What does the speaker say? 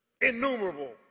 Innumerable